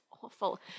awful